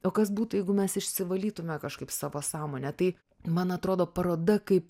o kas būtų jeigu mes išsivalytume kažkaip savo sąmonę tai man atrodo paroda kaip